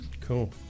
cool